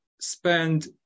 spend